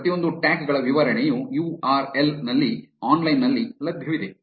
ಈ ಪ್ರತಿಯೊಂದು ಟ್ಯಾಗ್ ಗಳ ವಿವರಣೆಯು ಈ ಯು ಆರ್ ಎಲ್ ನಲ್ಲಿ ಆನ್ಲೈನ್ ನಲ್ಲಿ ಲಭ್ಯವಿದೆ